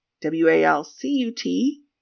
W-A-L-C-U-T